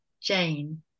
Jane